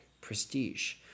prestige